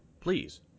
Please